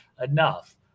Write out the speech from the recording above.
enough